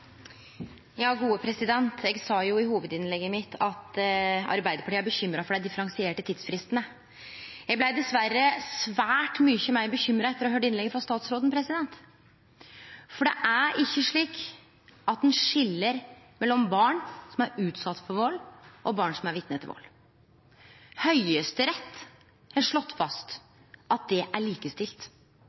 Eg sa i hovudinnlegget mitt at Arbeidarpartiet er bekymra for dei differensierte tidsfristane. Eg blei dessverre svært mykje meir bekymra etter å ha høyrt innlegget til statsråden. Det er ikkje slik at ein skil mellom barn som er utsette for vald, og barn som er vitne til vald. Høgsterett har slått fast at det er